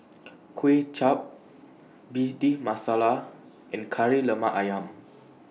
Kway Chap Bhindi Masala and Kari Lemak Ayam